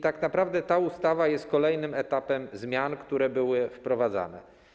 Tak naprawdę ta ustawa jest kolejnym etapem zmian, które są wprowadzane.